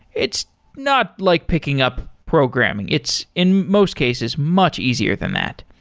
it's not like picking up programming. it's in most cases much easier than that.